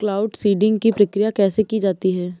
Cloud seeding की प्रक्रिया कैसे की जाती है?